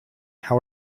how